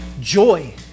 joy